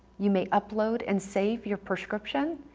you may upload and save your prescription,